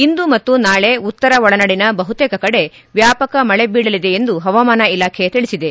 ಇಂದು ಮತ್ತು ನಾಳೆ ಉತ್ತರ ಒಳನಾಡಿನ ಬಹುತೇಕ ಕಡೆ ವ್ಯಾಪಕ ಮಳೆ ಬೀಳಲಿದೆ ಎಂದು ಪವಾಮಾನ ಇಲಾಖೆ ತಿಳಿಸಿದೆ